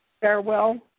Farewell